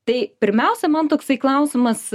tai pirmiausia man toksai klausimas